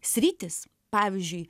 sritys pavyzdžiui